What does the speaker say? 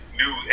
new